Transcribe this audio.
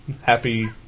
happy